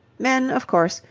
men, of course,